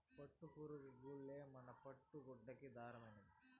పట్టుపురుగులు గూల్లే మన పట్టు గుడ్డలకి దారమైనాది